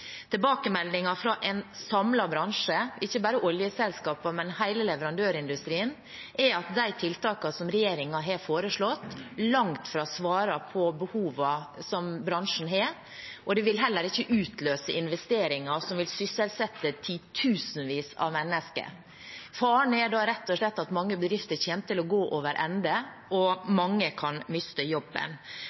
fra en samlet bransje – ikke bare oljeselskapene, men hele leverandørindustrien – er at de tiltakene som regjeringen har foreslått, langt fra svarer på behovene som bransjen har. Det vil heller ikke utløse investeringer som vil sysselsette titusenvis av mennesker. Faren er da rett og slett at mange bedrifter kommer til å gå over ende, og at mange kan miste jobben.